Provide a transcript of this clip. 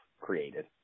created